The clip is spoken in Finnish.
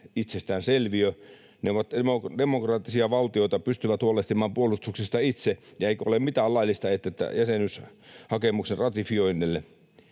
itsestäänselviö. Ne ovat demokraattisia valtioita, pystyvät huolehtimaan puolustuksesta itse, eikä ole mitään laillista estettä jäsenyyshakemuksen ratifioinnille.